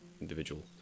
individual